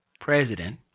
president